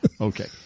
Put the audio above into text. Okay